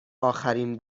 آخرین